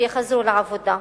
שיחזרו לעבודה,